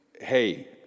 hey